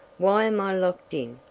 why am i locked in?